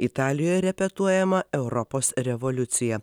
italijoje repetuojama europos revoliucija